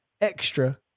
extra